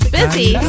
busy